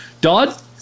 Dodd